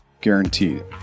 guaranteed